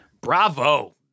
Bravo